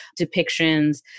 depictions